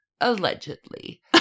Allegedly